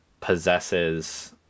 possesses